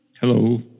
Hello